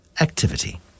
activity